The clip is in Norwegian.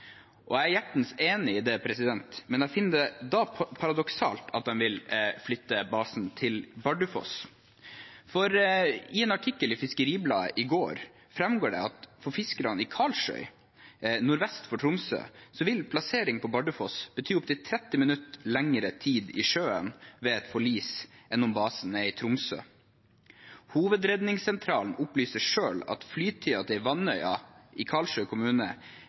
helikopter. Jeg er hjertens enig i det, men jeg finner det da paradoksalt at de vil flytte basen til Bardufoss. I en artikkel i Fiskeribladet i går framgår det at for fiskerne i Karlsøy, nordvest for Tromsø, vil plassering på Bardufoss bety opptil 30 minutter lengre tid i sjøen ved et forlis enn om basen er i Tromsø. Hovedredningssentralen opplyser selv at flytiden til Vannøya i Karlsøy kommune